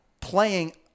playing